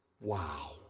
Wow